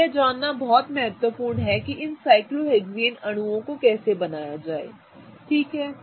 तो यह जानना बहुत महत्वपूर्ण है कि इन साइक्लोहेक्सेन अणुओं को कैसे बनाया जाए ठीक है